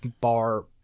bar